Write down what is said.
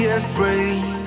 afraid